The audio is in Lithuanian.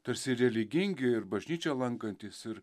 tarsi religingi ir bažnyčią lankantys ir